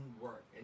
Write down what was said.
work